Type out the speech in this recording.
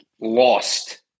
lost